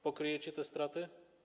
Pokryjecie te straty?